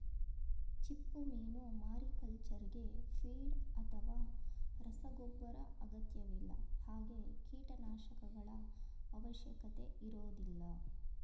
ಚಿಪ್ಪುಮೀನು ಮಾರಿಕಲ್ಚರ್ಗೆ ಫೀಡ್ ಅಥವಾ ರಸಗೊಬ್ಬರ ಅಗತ್ಯವಿಲ್ಲ ಹಾಗೆ ಕೀಟನಾಶಕಗಳ ಅವಶ್ಯಕತೆ ಇರೋದಿಲ್ಲ